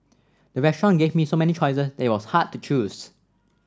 the restaurant gave so many choices that it was hard to choose